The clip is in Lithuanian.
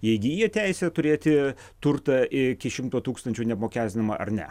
jie įgyja teisę turėti turtą iki šimto tūkstančių neapmokestinamą ar ne